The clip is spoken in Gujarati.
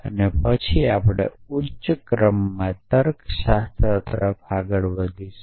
અને પછી આપણે ઉચ્ચ ક્રમમાં તર્કશાસ્ત્ર તરફ આગળ વધીશું